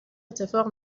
اتفاق